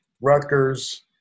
Rutgers